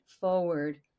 forward